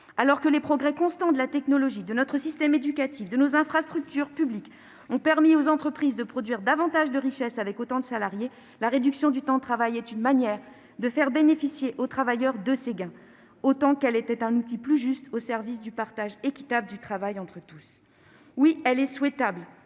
Alors que les progrès constants de la technologie, de notre système éducatif, de nos infrastructures publiques ont permis aux entreprises de produire davantage de richesse avec autant de salariés, la réduction du temps de travail est une manière de faire bénéficier les travailleurs de ces gains ainsi qu'un outil plus juste au service du partage équitable du travail entre tous et toutes.